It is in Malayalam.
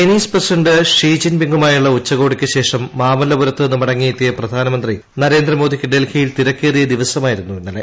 ചൈനീസ് പ്രസിഡന്റ് ഷീ ജിൻ പിങുമായുള്ള ഉച്ചകോടിക്കുശേഷം മാമല്ലപുരത്തുനിന്ന് മടങ്ങിയെത്തിയ പ്രധാനമന്ത്രി നരേന്ദ്രമോദിക്ക് ഡൽഹിയിൽ തിരക്കേറിയ ദിവസമായിരുന്നൂു ഇന്നലെ